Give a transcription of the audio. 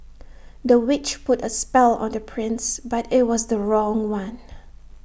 the witch put A spell on the prince but IT was the wrong one